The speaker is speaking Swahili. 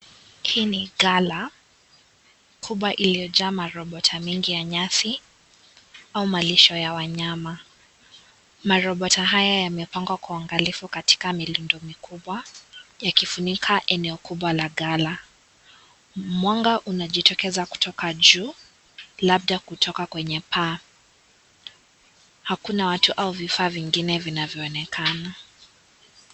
Hii ni gala kubwa iliyojaa marobota mengi ya nyasi au malisho ya wanyama, marobota haya yamepangwa kwa uangalifu katika mirondo mikubwa yakifunika eneo kubwa la gala, mwanga unajitokeza kutoka juu labda kutoka kwenye paa hakuna watu au vifaa vingine vinavyoonekana.